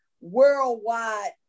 worldwide